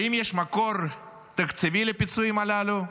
האם יש מקור תקציבי לפיצויים הללו?